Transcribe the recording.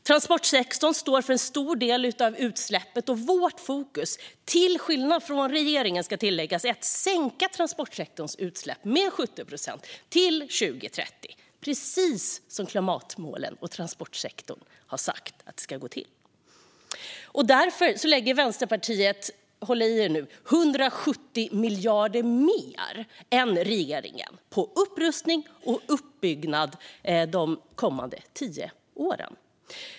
Transportsektorn står för en stor del av utsläppen. Vårt fokus - till skillnad från regeringens, ska tilläggas - är att sänka transportsektorns utsläpp med 70 procent till 2030, precis som klimatmålen säger och precis som transportsektorn har sagt att det ska gå till. Därför lägger Vänsterpartiet - håll i er nu - 170 miljarder mer än regeringen på upprustning och uppbyggnad de kommande tio åren.